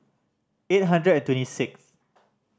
eight hundred and twenty sixth